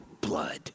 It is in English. blood